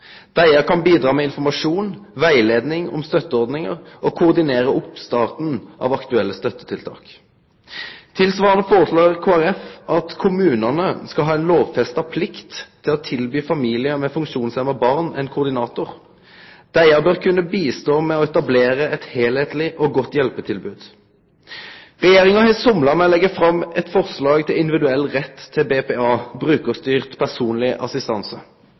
Disse kan bidra til informasjon, veiledning om støtteordninger og koordinere oppstarten av aktuelle støttetiltak. Tilsvarende foreslår Kristelig Folkeparti at kommunene skal ha en lovfestet plikt til å tilby familier med funksjonshemmede barn en koordinator. Disse bør kunne bistå med å etablere et helhetlig og godt hjelpetilbud. Regjeringen har somlet med å legge fram et forslag til individuell rett til BPA,